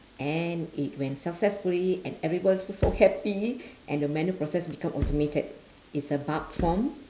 and it went successfully and everyone was so happy and the manual process become automated it's a bug form